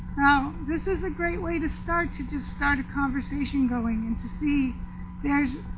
now this is a great way to start to just start a conversation going and to see there's